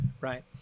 Right